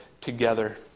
together